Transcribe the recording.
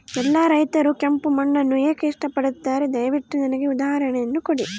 ಎಲ್ಲಾ ರೈತರು ಕೆಂಪು ಮಣ್ಣನ್ನು ಏಕೆ ಇಷ್ಟಪಡುತ್ತಾರೆ ದಯವಿಟ್ಟು ನನಗೆ ಉದಾಹರಣೆಯನ್ನ ಕೊಡಿ?